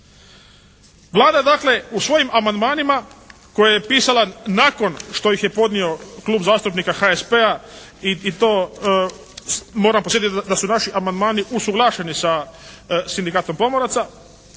Vlada dakle u svojim amandmanima koje je pisala nakon što ih je podnio Klub zastupnika HSP-a i to moram podsjetiti da su naši amandmani usuglašeni sa Sindikatom pomoraca,